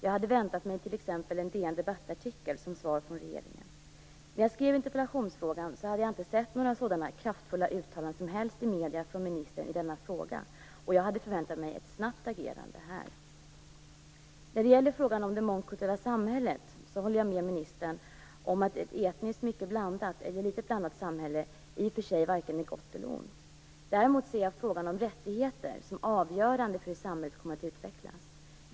Jag hade t.ex. väntat mig en DN-debatt-artikel som svar från regeringen. När jag skrev interpellationen hade jag inte sett några som helst sådana kraftfulla uttalanden i medierna från ministern i denna fråga. Jag hade förväntat mig ett snabbt agerande här. När det gäller frågan om det mångkulturella samhället håller jag med ministern om att ett etniskt mycket blandat eller litet blandat samhälle i sig varken är gott eller ont. Däremot ser jag frågan om rättigheter som avgörande för hur samhället kommer att utvecklas.